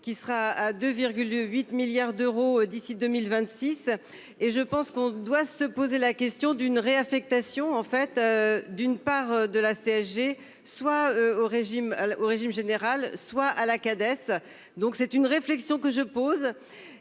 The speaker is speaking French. qui sera à 2 de 8 milliards d'euros d'ici 2026. Et je pense qu'on doit se poser la question d'une réaffectation en fait d'une part de la CSG soit au régime au régime général soit à la cadette. Donc c'est une réflexion que je pose